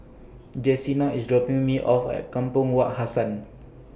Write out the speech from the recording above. Jessena IS dropping Me off At Kampong Wak Hassan